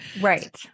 Right